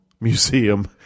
Museum